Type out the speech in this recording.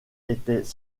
étaient